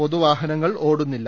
പൊതുവാഹനങ്ങൾ ഓടുന്നില്ല